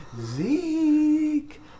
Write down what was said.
Zeke